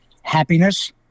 happiness